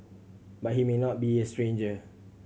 but he may not be a stranger